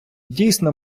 дійсно